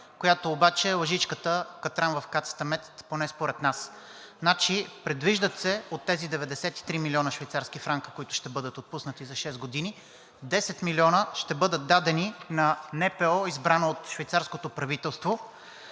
която обаче е лъжичката катран в кацата мед, поне според нас. Предвиждат се от тези 93 млн. швейцарски франка, които ще бъдат отпуснати за шест години, 10 милиона ще бъдат дадени на НПО, избрано от швейцарското правителство,